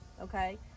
okay